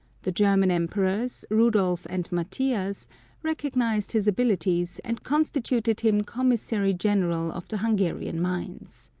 the german emperors, rudolph and matthias, recognised his abilities, and constituted him commissary general of the hungarian mines.